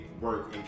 work